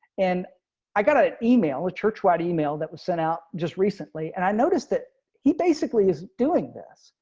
and i got an email the church wide email that was sent out just recently and i noticed that he basically is doing this.